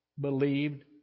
believed